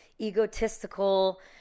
egotistical